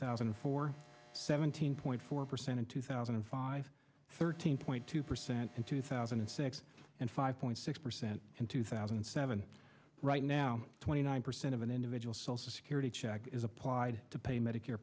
thousand and four seventeen point four percent in two thousand and five thirteen point two percent in two thousand and six and five point six percent in two thousand and seven right now twenty nine percent of an individual social security check is applied to pay medicare